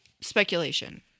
Speculation